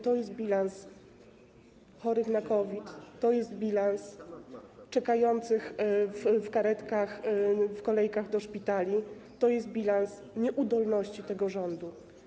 To jest bilans chorych na COVID, to jest bilans czekających w karetkach, w kolejkach do szpitali, to jest bilans nieudolności tego rządu.